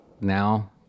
now